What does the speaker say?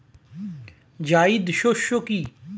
জায়িদ শস্য কি?